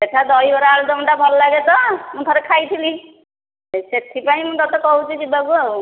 ସେଠାର ଦହିବରା ଆଳୁଦମ ଟା ଭଲ ଲାଗେ ତ ମୁଁ ଥରେ ଖାଇଥିଲି ସେଥିପାଇଁ ମୁଁ ତୋତେ କହୁଛି ଯିବାକୁ ଆଉ